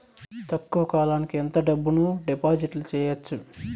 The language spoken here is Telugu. తక్కువ కాలానికి ఎంత డబ్బును డిపాజిట్లు చేయొచ్చు?